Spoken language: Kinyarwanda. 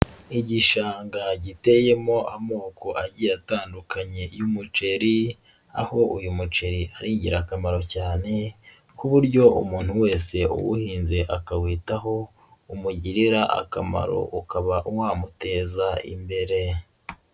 Igishanga giteyemo amoko agiye atandukanye y'umuceri, aho uyu muceri ari ingirakamaro cyane, ku buryo umuntu wese uwuhinze akawitaho, umugirira akamaro ukaba wamuteza imbere.